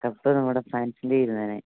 cup നമ്മുടെ ഫ്രാൻസിൽ ഇരുന്നേനെ